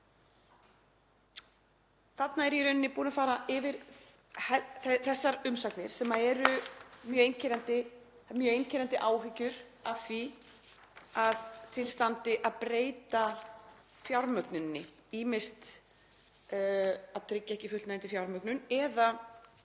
Þarna er ég í rauninni búin að fara yfir þessar umsagnir þar sem eru mjög einkennandi áhyggjur af því að til standi að breyta fjármögnuninni, ýmist að tryggja ekki fullnægjandi fjármögnun eða